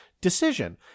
decision